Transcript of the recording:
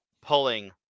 Pulling